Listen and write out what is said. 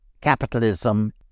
capitalism